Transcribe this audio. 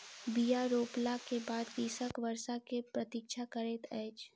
बीया रोपला के बाद कृषक वर्षा के प्रतीक्षा करैत अछि